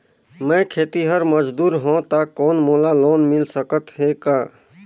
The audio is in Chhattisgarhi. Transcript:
मैं खेतिहर मजदूर हों ता कौन मोला लोन मिल सकत हे का?